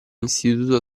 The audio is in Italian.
istituto